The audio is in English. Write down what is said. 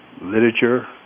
literature